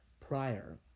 prior